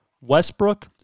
Westbrook